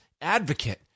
advocate